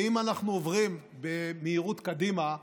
אם אנחנו עוברים במהירות קדימה,